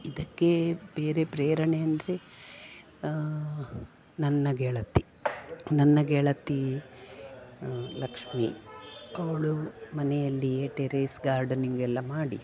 ಇದಕ್ಕೆ ಬೇರೆ ಪ್ರೇರಣೆ ಅಂದರೆ ನನ್ನ ಗೆಳತಿ ನನ್ನ ಗೆಳತಿ ಲಕ್ಷ್ಮೀ ಅವಳು ಮನೆಯಲ್ಲಿಯೇ ಟೆರೇಸ್ ಗಾರ್ಡನಿಂಗ್ ಎಲ್ಲ ಮಾಡಿ